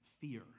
fear